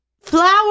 flower